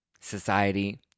society